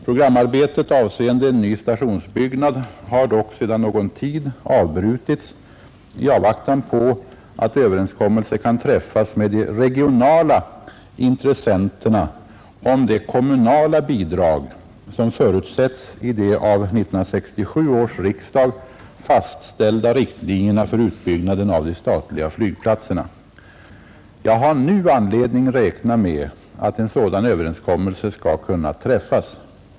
Programarbetet avseende en ny stationsbyggnad har dock sedan någon tid avbrutits i avvaktan på att överenskommelse kan träffas med de regionala intressenterna om det kommunala bidrag, som förutsätts i de av 1967 års riksdag fastställda riktlinjerna för utbyggnaden av de statliga flygplatserna. Jag har nu anledning räkna med att en sådan överenskommelse skall kunna träffas.